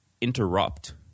interrupt